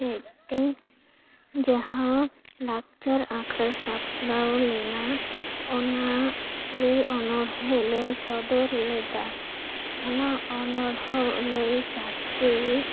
ᱦᱮᱫ ᱛᱮ ᱡᱟᱦᱟᱸ ᱞᱟᱠᱪᱟᱨ ᱟᱠᱷᱲᱟ ᱥᱟᱯᱲᱟᱣ ᱞᱮᱱᱟ ᱚᱱᱟᱨᱮ ᱚᱱᱚᱲᱦᱮᱸ ᱞᱟᱹᱭ ᱥᱚᱫᱚᱨ ᱞᱮᱫᱟ ᱚᱱᱟ ᱚᱱᱚᱲᱦᱮᱸ ᱞᱟᱹᱭ ᱠᱟᱛᱮ